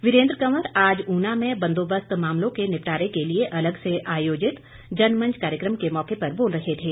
वीरेन्द्र कंवर आज ऊना में बंदोबस्त मामलों के निपटारे के लिए अलग से आयोजित जनमंच कार्यक्रम के मौके पर बोल रहे थे